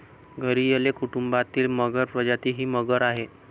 घरियल कुटुंबातील मगर प्रजाती ही मगर आहे